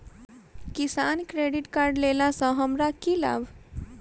किसान credit card लेला सऽ हमरा की लाभ?